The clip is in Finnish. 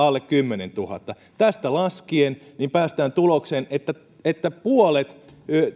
on alle kymmenestuhannes tästä laskien päästään tulokseen että että puolet